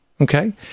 Okay